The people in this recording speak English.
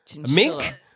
Mink